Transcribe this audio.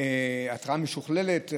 התרעה משוכללת,